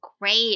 great